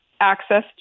access